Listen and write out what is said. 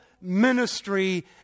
ministry